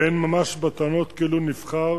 ואין ממש בטענות כאילו נבחר